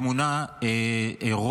ובמייל הזה הבנתי שהייתה תמונה,